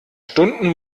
stunden